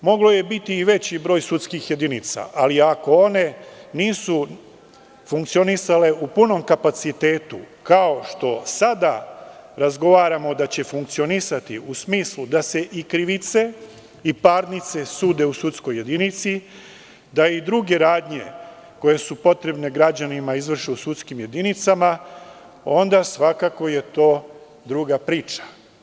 Mogao je biti i veći broj sudskih jedinica, ali ako one nisu funkcionisale u punom kapacitetu, kao što sada razgovaramo da će funkcionisati u smislu da se i krivice i parnice sude u sudskoj jedinici, da i druge radnje koje su potrebne građanima izvrše u sudskim jedinicama, onda je svakako to druga priča.